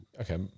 Okay